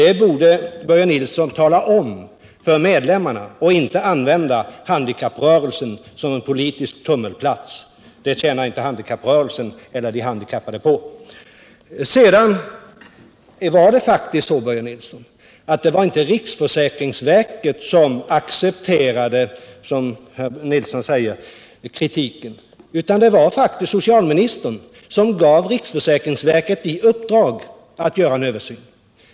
Det borde Börje Nilsson tala om för medlemmarna och inte använda handikapprörelsen som en politisk tummelplats — det tjänar varken de handikappade eller handikapprörelsen på. Det var inte riksförsäkringsverket som accepterade — som Börje Nilsson säger — kritiken utan det var faktiskt socialministern som gav riksförsäkringsverket i uppdrag att göra en översyn.